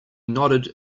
nodded